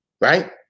Right